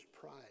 pride